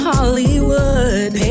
Hollywood